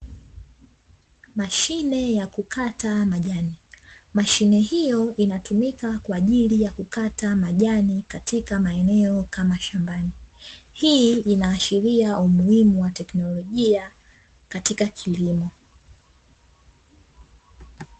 Mashine ya kukata majani. Mashine hiyo hutumika kwa ajili ya kukata majani kwa ajili ya maeneo kama shambani, hii inaashiria umuhimu wa teknolojia katika kilimo.